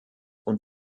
und